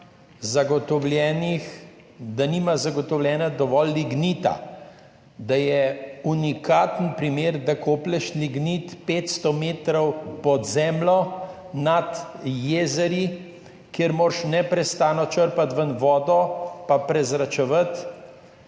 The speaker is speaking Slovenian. pije vode, da nima zagotovljenega dovolj lignita, da je unikaten primer, da koplješ lignit 500 metrov pod zemljo nad jezeri, kjer moraš neprestano ven črpati vodo in prezračevati.